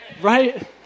Right